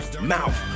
mouth